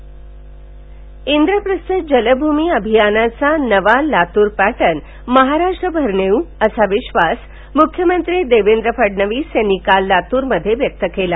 लातूर इंद्रप्रस्थ जल भूमी अभियानाचा नवा लातूर पॅटर्न महाराष्ट्रभर नेऊ असा विक्षास मुख्यमंत्री देवेंद्र फडणवीस यांनी काल लातूरमध्ये व्यक्त केला